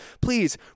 Please